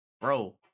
Bro